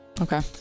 Okay